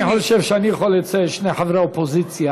אני חושב שאני יכול לציין שני חברי אופוזיציה